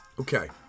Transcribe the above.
Okay